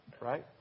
right